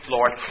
Lord